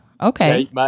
okay